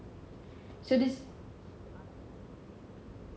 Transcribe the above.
so this